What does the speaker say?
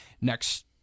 next